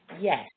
Yes